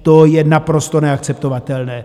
To je naprosto neakceptovatelné.